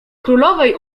królowej